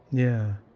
yeah,